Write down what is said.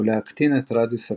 ולהקטין את רדיוס הפניה.